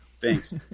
thanks